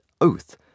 oath